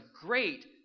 great